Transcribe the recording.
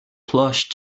plush